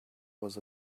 was